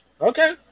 Okay